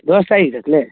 बेबस्था हइ रखले